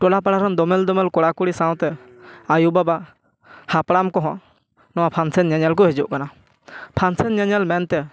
ᱴᱚᱞᱟ ᱯᱟᱲᱟ ᱨᱮᱱᱟ ᱫᱚᱢᱮᱞ ᱫᱚᱢᱮᱞ ᱠᱚᱲᱟ ᱠᱩᱲᱤ ᱥᱟᱶᱛᱮ ᱟᱭᱳ ᱵᱟᱵᱟ ᱦᱟᱯᱲᱟᱢ ᱠᱚᱦᱚᱸ ᱱᱚᱣᱟ ᱯᱷᱟᱱᱥᱮᱱ ᱧᱮᱧᱮᱞ ᱠᱚ ᱦᱤᱡᱩᱜ ᱠᱟᱱᱟ ᱯᱷᱟᱱᱥᱮᱱ ᱧᱮᱧᱮᱞ ᱢᱮᱱᱛᱮ